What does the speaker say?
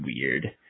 weird